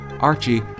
Archie